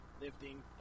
lifting